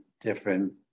different